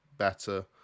better